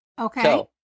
Okay